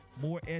more